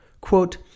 Quote